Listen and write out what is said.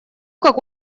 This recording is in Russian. как